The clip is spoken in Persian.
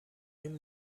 این